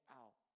out